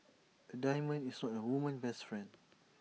A diamond is not A woman's best friend